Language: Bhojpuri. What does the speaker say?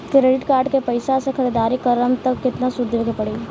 क्रेडिट कार्ड के पैसा से ख़रीदारी करम त केतना सूद देवे के पड़ी?